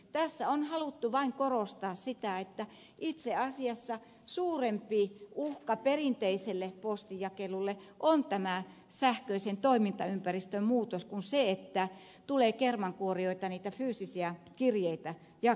tässä on haluttu vain korostaa sitä että itse asiassa suurempi uhka perinteiselle postinjakelulle on tämä sähköisen toimintaympäristön muutos kuin se että tulee kermankuorijoita niitä fyysisiä kirjeitä jakelemaan